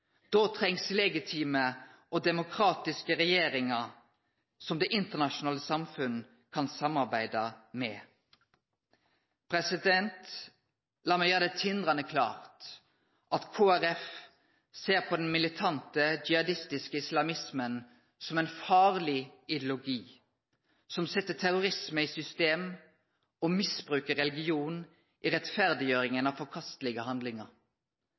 Då trengst legitime og demokratiske regjeringar som det internasjonale samfunnet kan samarbeide med. Lat meg gjere det tindrande klart at Kristeleg Folkeparti ser på den militante jihadistiske islamismen som ein farleg ideologi, som set terrorisme i system og misbruker religion i rettferdiggjeringa av forkastelege handlingar.